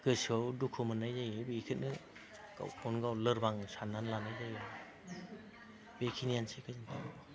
गोसोआव दुखु मोननाय जायो बेखौनो गावखौनो गाव लोरबां साननानै लानाय जायो आरो बेखिनियानोसै गोजोनथों